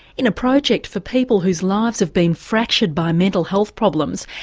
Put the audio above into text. in a project for people whose lives have been fractured by mental health problems,